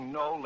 no